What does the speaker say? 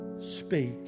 Speak